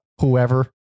Whoever